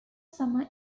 summer